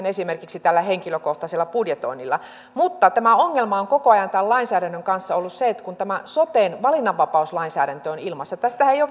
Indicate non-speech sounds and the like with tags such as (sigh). (unintelligible) esimerkiksi tällä henkilökohtaisella budjetoinnilla mutta ongelma on koko ajan tämän lainsäädännön kanssa ollut se että kun soten valinnanvapauslainsäädäntö on ilmassa tästähän ei ole